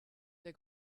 der